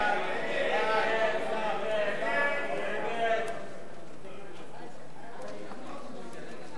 ההצעה להסיר מסדר-היום את הצעת חוק הממשלה